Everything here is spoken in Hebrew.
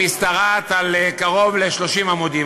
משתרעת על קרוב ל-30 עמודים,